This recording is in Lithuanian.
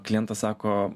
klientas sako